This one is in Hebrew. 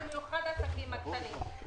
במיוחד לעסקים הקטנים.